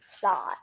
thought